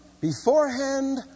beforehand